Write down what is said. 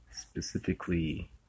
specifically